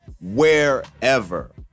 wherever